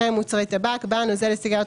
אחרי "מוצרי טבק" בא "נוזל לסיגריות